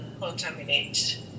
contaminate